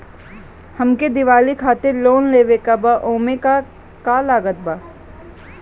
हमके दिवाली खातिर लोन लेवे के बा ओमे का का लागत बा?